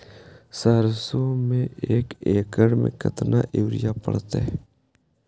सरसों में एक एकड़ मे केतना युरिया पड़तै?